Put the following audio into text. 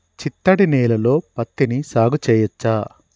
చిత్తడి నేలలో పత్తిని సాగు చేయచ్చా?